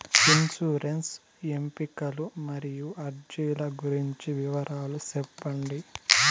insurance ఎంపికలు మరియు అర్జీల గురించి వివరాలు సెప్పండి